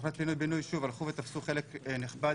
תוכניות פינוי-בינוי הלכו ותפסו מקום נכבד